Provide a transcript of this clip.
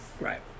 Right